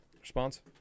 Response